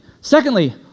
Secondly